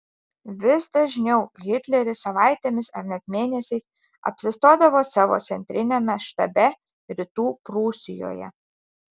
vis dažniau hitleris savaitėmis ar net mėnesiais apsistodavo savo centriniame štabe rytų prūsijoje